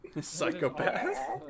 Psychopath